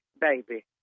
baby